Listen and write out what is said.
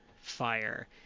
fire